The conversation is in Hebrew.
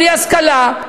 בלי השכלה,